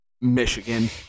Michigan